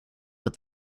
but